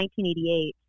1988